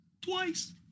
Twice